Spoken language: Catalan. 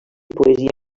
poesia